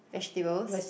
vegetables